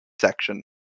section